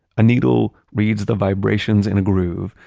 a needle reads the vibrations in a groove,